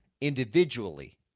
individually